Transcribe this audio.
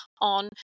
on